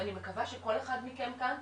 ואני מקווה שכל אחד מכם כאן,